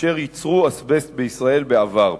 אשר ייצרו אזבסט בישראל בעבר.